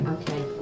Okay